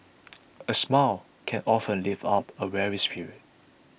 a smile can often lift up a weary spirit